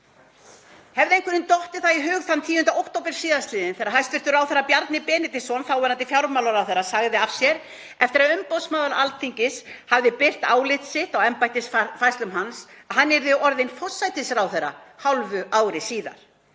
Hefði einhverjum dottið það í hug 10. október síðastliðinn þegar hæstv. ráðherra, Bjarni Benediktsson, þáverandi fjármálaráðherra, sagði af sér eftir að umboðsmaður Alþingis hafði birt álit sitt á embættisfærslum hans að hann yrði orðinn forsætisráðherra hálfu ári síðar?